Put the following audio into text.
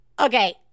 Okay